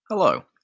Hello